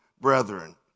brethren